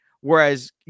Whereas